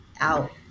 out